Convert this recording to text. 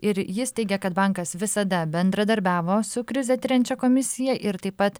ir jis teigia kad bankas visada bendradarbiavo su krizę tiriančia komisija ir taip pat